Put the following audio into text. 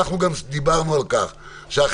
גם דיברנו על כך שאכיפה,